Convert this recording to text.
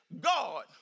God